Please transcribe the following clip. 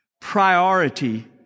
priority